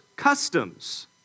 customs